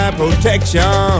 protection